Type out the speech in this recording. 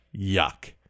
Yuck